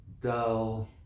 dull